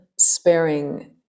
sparing